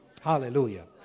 Hallelujah